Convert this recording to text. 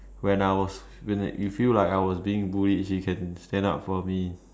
when I was when that it feel like I was being bullied she can stand up for me